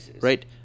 right